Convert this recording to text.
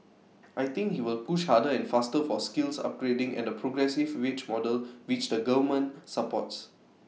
I think he will push harder and faster for skills upgrading and the progressive wage model which the government supports